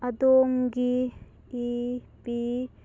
ꯑꯗꯣꯝꯒꯤ ꯏ ꯄꯤ